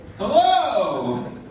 Hello